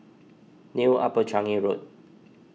New Upper Changi Road